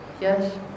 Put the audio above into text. Yes